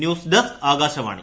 news desk Akashvani